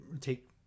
take